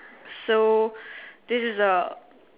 so this is a